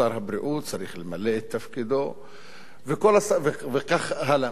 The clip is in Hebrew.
שר הבריאות צריך למלא את תפקידו וכך הלאה.